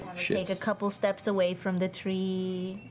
a couple of steps away from the tree.